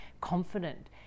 confident